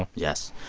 ah yes.